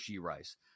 Rice